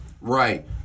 Right